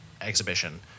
exhibition